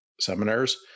seminars